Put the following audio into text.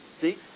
see